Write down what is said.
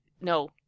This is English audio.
no